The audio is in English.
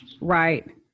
Right